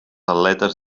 atletes